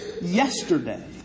yesterday